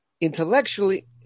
intellectually